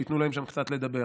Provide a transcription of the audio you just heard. שייתנו להם שם קצת לדבר.